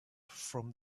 from